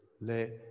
let